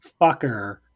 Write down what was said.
fucker